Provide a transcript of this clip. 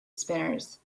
spinners